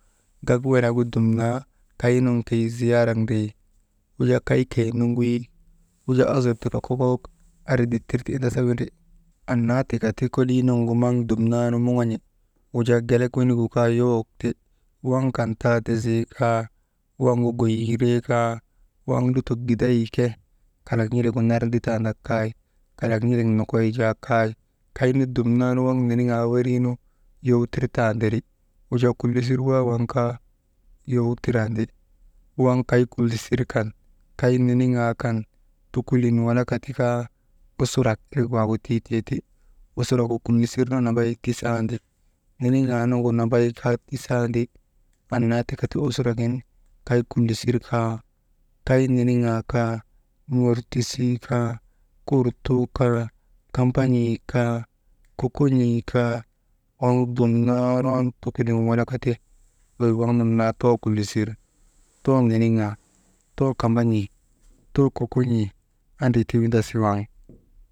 Gak wenegu dumm kay nun keyi ziyaarak ndrii wujaa kay keyi nuŋuyi, wujaa azur tika kokok andri dittir ti indasa windri, annaa tika ti kulii nuŋgu maŋ dummaan moŋon̰I wujaa gelek wenigu kaa yowok ti waŋ kan ti taziikaa, waŋgu goyiree kaa waŋ lotok giday ke kalaŋalak gu narditaanak kay, kalak n̰ilik nokoy jaa kay kaynu dumnaanu niniŋaa werii nu yowtir tanderi wajaa kulisir waa waŋ kaa, yow tirandi, waŋ kay kulisir kan, kay niniŋaa kaa, tukulin walaka tikaa usurak irik waagu tii teeti, usurak gu kulisir nu nambay tisandi, niniŋaa nu nambay kaa tisandi, annaa tika ti usurak jin kaa, kay niniŋaa kaan̰ortisii kaa, kurtuu aa, kamban̰isii, kokon̰ii kaa waŋ dumnaa nu tukulin walaka ti, wey waŋ nun naa too kulisir, too niniyaa, too kamban̰ii, too kokon̰ii andri ti windas ti waŋ.